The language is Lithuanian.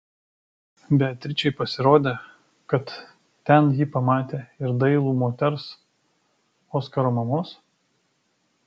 beatričei pasirodė kad ten ji pamatė ir dailų moters oskaro mamos